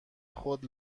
خود